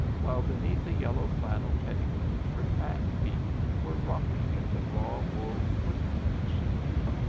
while beneath a yellow flannel petticoat her fat feet were rocking in the raw-wool foot-mittens she wore.